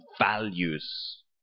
values